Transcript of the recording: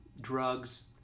drugs